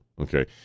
okay